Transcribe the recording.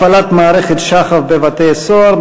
הפעלת מערכת שח"ף בבתי-הסוהר,